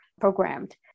programmed